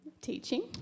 Teaching